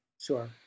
Sure